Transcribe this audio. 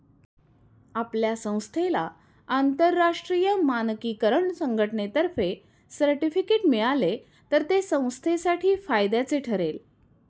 आपल्या संस्थेला आंतरराष्ट्रीय मानकीकरण संघटनेतर्फे सर्टिफिकेट मिळाले तर ते संस्थेसाठी फायद्याचे ठरेल